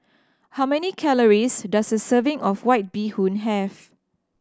how many calories does a serving of White Bee Hoon have